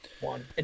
one